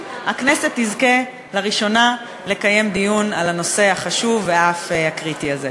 הכנסת תזכה לראשונה לקיים דיון על הנושא החשוב ואף הקריטי הזה.